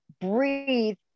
breathe